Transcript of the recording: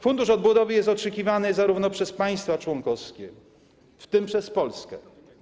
Fundusz odbudowy jest oczekiwany przez państwa członkowskie, w tym przez Polskę.